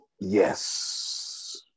Yes